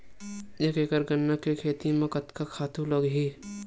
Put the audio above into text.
एक एकड़ गन्ना के खेती म कतका खातु लगही?